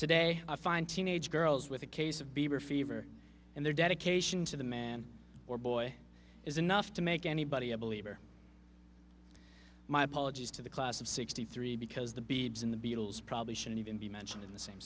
today i find teenage girls with a case of bieber fever and their dedication to the man or boy is enough to make anybody a believer my apologies to the class of sixty three because the beads in the beatles probably shouldn't even be mentioned in the same